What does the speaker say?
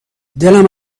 دلم